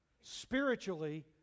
Spiritually